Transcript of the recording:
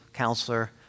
counselor